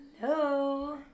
Hello